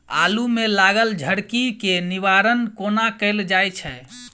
आलु मे लागल झरकी केँ निवारण कोना कैल जाय छै?